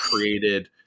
created